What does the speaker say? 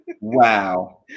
Wow